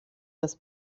das